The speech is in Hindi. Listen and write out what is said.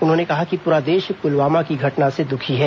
उन्होंने कहा कि पूरा देश पुलवामा की घटना से द्खी है